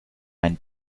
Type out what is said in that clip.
ein